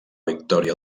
victòria